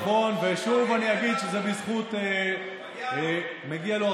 נכון, ושוב אני אגיד שזה בזכות, מגיע לו.